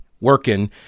working